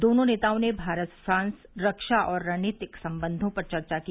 दोनों नेताओं ने भारत फ्रांस रक्षा और रणनीतिक संबंधों पर चर्चा की